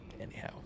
Anyhow